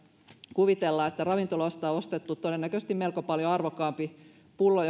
kuvitella että ravintolasta ostettu todennäköisesti melko paljon arvokkaampi pullo